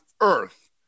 earth